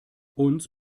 uns